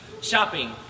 Shopping